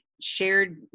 shared